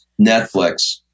Netflix